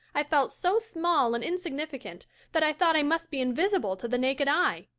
i felt so small and insignificant that i thought i must be invisible to the naked eye.